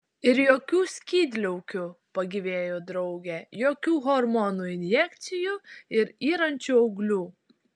ir jokių skydliaukių pagyvėjo draugė jokių hormonų injekcijų ir yrančių auglių